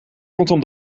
rondom